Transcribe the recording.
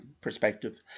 perspective